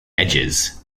edges